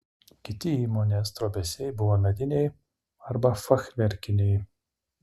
kiti įmonės trobesiai buvo mediniai arba fachverkiniai